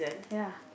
ya